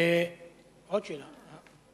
עוד שאלה?